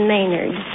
Maynard